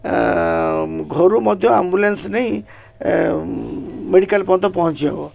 ଘରୁ ମଧ୍ୟ ଆମ୍ବୁଲାନ୍ସ ନେଇ ମେଡିକାଲ ପର୍ୟ୍ୟନ୍ତ ପହଞ୍ଚି ହେବ